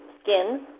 skin